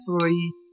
three